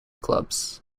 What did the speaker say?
clubs